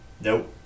nope